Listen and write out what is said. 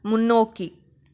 முன்னோக்கி